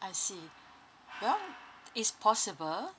I see well it's possible